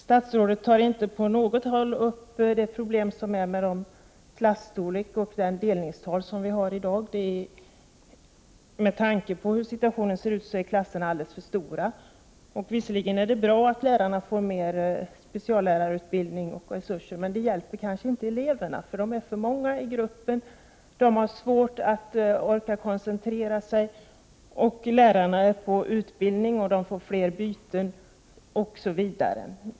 Statsrådet tar inte någonstans upp problemet med den klasstorlek och de delningstal som vi har i dag. Klasserna är alldeles för stora, med tanke på situationen i skolorna. Visserligen är det bra att lärarna får mer speciallärarutbildning och resurser, men det hjälper kanske inte eleverna. De är för många i gruppen och de får svårt att orka koncentrera sig. Lärarna är på utbildning och eleverna får byta lärare oftare osv.